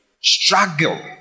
Struggle